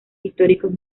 históricos